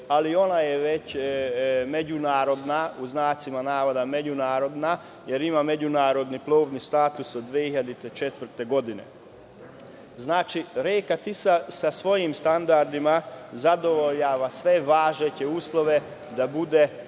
ali ona je već međunarodna, pod znacima navoda međunarodna, jer ima međunarodni plovni status od 2004. godine. Znači reka Tisa sa svojim standardima zadovoljava sve važeće uslove da bude